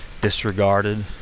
disregarded